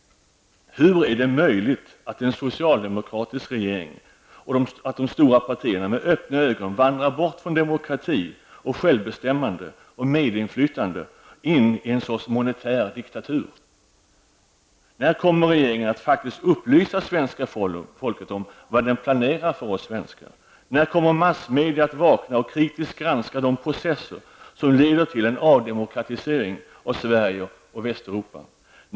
Hur är det möjligt att en socialdemokratisk regering och de stora partierna med öppna ögon vandrar bort från demokrati, självbestämmande och medinflytande och in i en sorts monetär diktatur? När kommer regeringen att faktiskt upplysa svenska folket om vad den planerar för oss svenskar? När kommer massmedia att vakna och kritiskt granska de processer som leder till en avdemokratisering av Sverige och Västeuropa?